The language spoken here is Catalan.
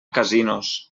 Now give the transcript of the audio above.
casinos